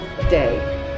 day